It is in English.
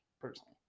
personally